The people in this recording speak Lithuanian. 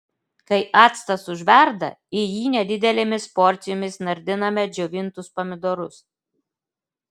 kai actas užverda į jį nedidelėmis porcijomis nardiname džiovintus pomidorus